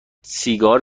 سیگار